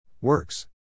Works